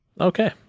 Okay